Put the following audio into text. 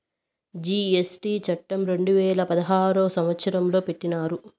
GST చట్టం రెండు వేల పదహారు సంవత్సరంలో పెట్టినారు